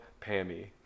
Pammy